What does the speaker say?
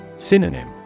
Synonym